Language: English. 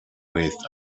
with